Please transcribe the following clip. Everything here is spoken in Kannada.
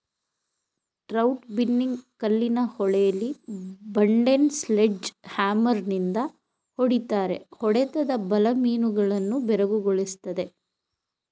ಟ್ರೌಟ್ ಬಿನ್ನಿಂಗ್ ಕಲ್ಲಿನ ಹೊಳೆಲಿ ಬಂಡೆನ ಸ್ಲೆಡ್ಜ್ ಹ್ಯಾಮರ್ನಿಂದ ಹೊಡಿತಾರೆ ಹೊಡೆತದ ಬಲ ಮೀನುಗಳನ್ನು ಬೆರಗುಗೊಳಿಸ್ತದೆ